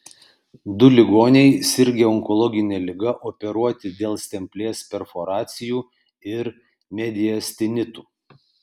du ligoniai sirgę onkologine liga operuoti dėl stemplės perforacijų ir mediastinitų